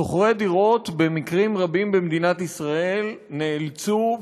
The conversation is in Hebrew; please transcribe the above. שוכרי דירות במקרים רבים במדינת ישראל נאלצו,